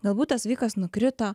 galbūt tas vaikas nukrito